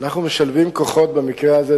אנחנו משלבים כוחות במקרה הזה,